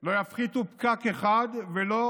לא תפחית פקק אחד ולא